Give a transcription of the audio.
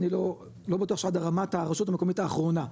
אני לא בטוח שעד הרמת הרשות המקומית האחרונה,